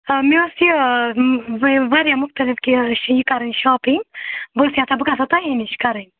مےٚ ٲس یہِ واریاہ مُختلِف کہِ چھِ یہِ کَرٕنۍ شاپِنٛگ بہٕ ٲس یژھان بہٕ گژھان تۄہے نِش کَرٕنۍ